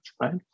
right